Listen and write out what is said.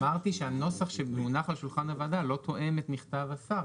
אמרתי שהנוסח שמונח על שולחן הוועדה לא תואם את מכתב השר,